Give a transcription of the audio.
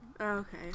Okay